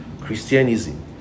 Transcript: christianism